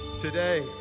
today